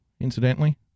incidentally